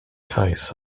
cais